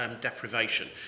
deprivation